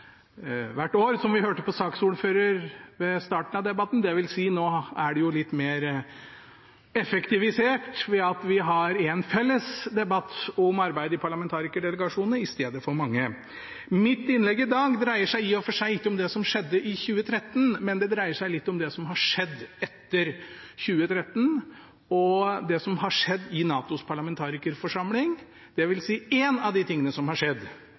hvert år, som vi hørte nevnt av saksordføreren ved starten av debatten – dvs. nå er det jo litt mer effektivisert ved at vi har én felles debatt om arbeidet i parlamentarikerdelegasjonene, i stedet for mange. Mitt innlegg i dag dreier seg i og for seg ikke om det som skjedde i 2013, men det dreier seg litt om det som har skjedd etter 2013, og det som har skjedd i NATOs parlamentarikerforsamling – dvs. en av de tingene som har skjedd.